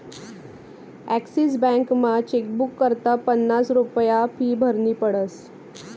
Axis बॅकमा chequebook करता पन्नास रुप्या फी भरनी पडस